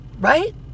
right